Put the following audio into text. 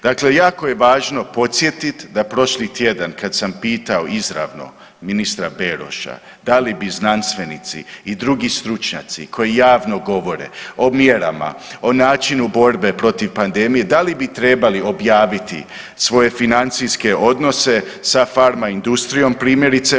Dakle, jako je važno podsjetiti da prošli tjedan kada sam pitao izravno ministra Beroša da li bi znanstvenici i drugi stručnjaci koji javno govore o mjerama, o načinu borbe protiv pandemije, da li bi trebali objaviti svoje financijske odnose sa farma industrijom primjerice.